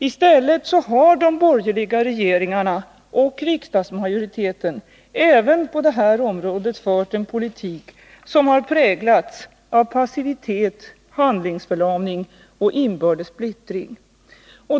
I stället har de borgerliga regeringarna och riksdagsmajoriteten även på detta område fört en politik som har präglats av passivitet, handlingsförlamning och inbördes splittring.